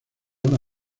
una